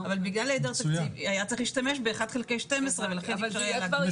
אבל בגלל היעדר תקציב היה צריך להשתמש ב-1:12 ולכן אי אפשר היה להגדיל.